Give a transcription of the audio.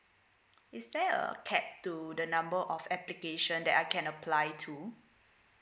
is there a capped to the number of application that I can apply to